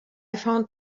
found